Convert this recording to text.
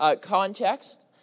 context